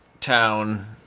town